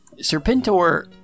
Serpentor